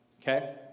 okay